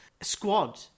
squad